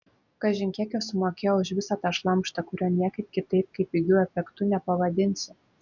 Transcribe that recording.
kažin kiek jos sumokėjo už visą tą šlamštą kurio niekaip kitaip kaip pigiu efektu nepavadinsi